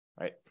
right